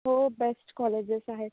हो best colleges आहेत